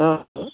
অঁ